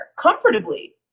comfortably